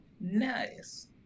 Nice